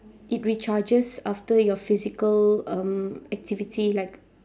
it recharges after your physical um activity like